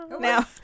Now